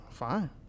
fine